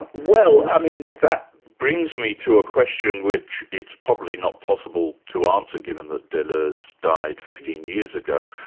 ah well i mean that brings me to a question which it's probably not possible to answer, given that deleuze died fifteen years ago.